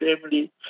family